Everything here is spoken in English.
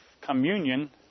communion